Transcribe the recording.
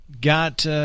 got